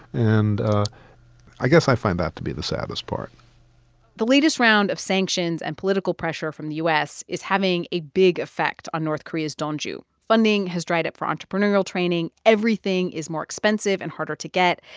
and ah i guess i find that to be the saddest part the latest round of sanctions and political pressure from the u s. is having a big effect on north korea's donju. funding has dried up for entrepreneurial training. everything everything is more expensive and harder to get.